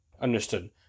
Understood